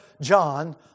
John